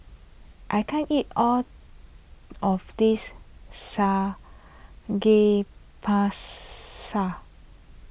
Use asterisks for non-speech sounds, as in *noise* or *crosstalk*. I can't eat all of this *unintelligible*